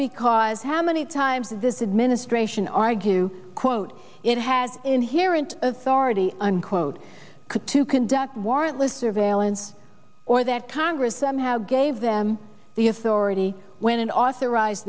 because how many times visit ministration argue quote it has inherent authority unquote to conduct warrantless surveillance or that congress somehow gave them the authority when it authorized